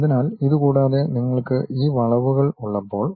അതിനാൽ ഇത് കൂടാതെ നിങ്ങൾക്ക് ഈ വളവുകൾ ഉള്ളപ്പോൾ